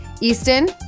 Easton